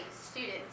students